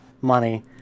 money